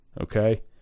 Okay